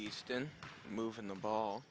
easton moving the ball